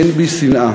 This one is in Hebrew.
אין בי שנאה,